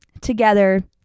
together